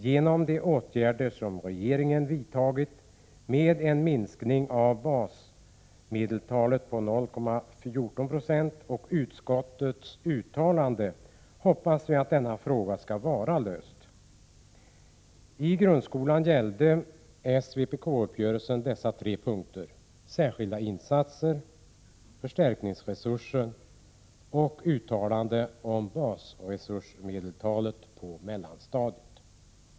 Genom de åtgärder som regeringen vidtagit med en minskning av basmedeltalet på 0,14 och utskottets uttalande hoppas vi att denna fråga skall vara löst. I grundskolan gällde s-vpk-uppgörelsen dessa tre punkter. Särskilda insatser, förstärkningsresursen och uttalande om basresursmedeltalet på mellanstadiet.